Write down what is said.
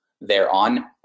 thereon